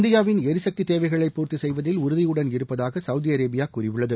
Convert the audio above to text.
இந்தியாவின் எரிசக்தி தேவைகளை பூர்த்தி செய்வதில் உறுதியுடன் இருப்பதாக சவுதி அரேபியா கூறியுள்ளது